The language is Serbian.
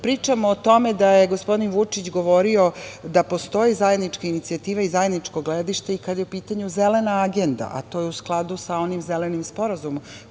pričamo o tome da je gospodin Vučić govorio da postoje zajedničke inicijative i zajedničko gledište kada je upitanju zelena agenda, a to je u skladu sa onim zelenim Sporazumom